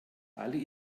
alle